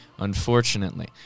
Unfortunately